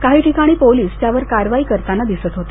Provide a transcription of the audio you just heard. काही ठिकाणी पोलीस त्यावर कारवाई करताना दिसत होते